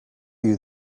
you